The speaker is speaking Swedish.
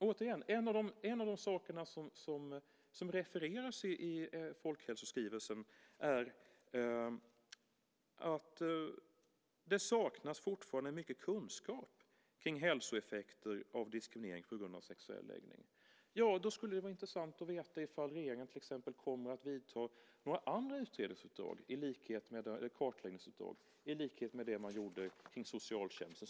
Återigen: En av de saker som refereras i folkhälsoskrivelsen är att det fortfarande saknas mycket kunskap kring hälsoeffekter av diskriminering på grund av sexuell läggning. Då skulle det vara intressant att veta i fall regeringen till exempel kommer att ge några andra kartläggningsuppdrag i likhet med det man gjorde kring socialtjänsten.